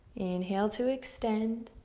inhale to extend.